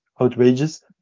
outrageous